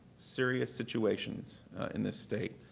serious situations in this state.